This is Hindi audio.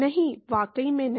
नहीं वाकई में नहीं